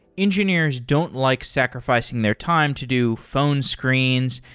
engineers don't like sacrificing their time to do phone screens,